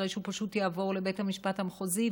הרי שהוא פשוט יעבור לבית המשפט המחוזי,